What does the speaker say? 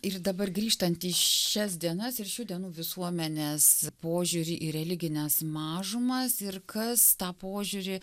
ir dabar grįžtant į šias dienas ir šių dienų visuomenės požiūrį į religines mažumas ir kas tą požiūrį